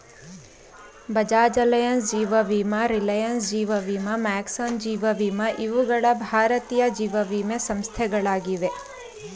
Bajaj Allianz, ಜೀವ ವಿಮಾ ರಿಲಯನ್ಸ್, ಜೀವ ವಿಮಾ ಮ್ಯಾಕ್ಸ್, ಜೀವ ವಿಮಾ ಇವುಗಳ ಭಾರತೀಯ ಜೀವವಿಮೆ ಸಂಸ್ಥೆಗಳಾಗಿವೆ